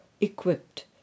equipped